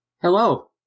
Hello